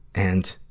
and,